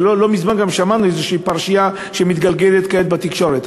ולא מזמן גם שמענו על איזו פרשייה שמתגלגלת כעת בתקשורת.